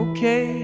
Okay